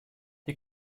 die